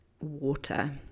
water